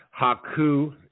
Haku